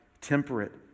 temperate